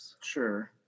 Sure